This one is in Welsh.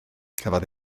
cafodd